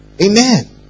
Amen